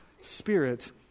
spirit